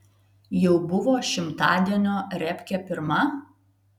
jau buvo šimtadienio repkė pirma